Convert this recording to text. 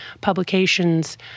publications